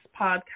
podcast